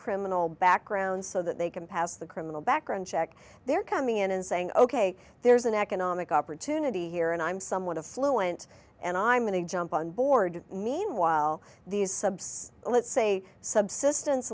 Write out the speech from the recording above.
criminal backgrounds so that they can pass the criminal background check they're coming in and saying ok there's an economic opportunity here and i'm somewhat of fluent and i'm in a jump on board meanwhile these subs let's say subsistence